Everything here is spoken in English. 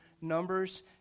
Numbers